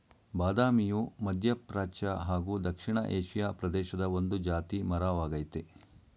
ಬಾದಾಮಿಯು ಮಧ್ಯಪ್ರಾಚ್ಯ ಹಾಗೂ ದಕ್ಷಿಣ ಏಷಿಯಾ ಪ್ರದೇಶದ ಒಂದು ಜಾತಿ ಮರ ವಾಗಯ್ತೆ